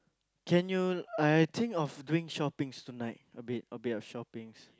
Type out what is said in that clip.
can you I think of doing shopping tonight a bit a bit of shoppings